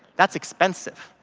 that's expensive.